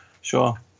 sure